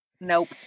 nope